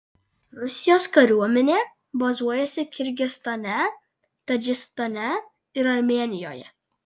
rusijos kariuomenė bazuojasi kirgizstane tadžikistane ir armėnijoje